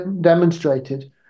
demonstrated